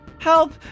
Help